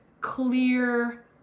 clear